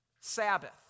Sabbath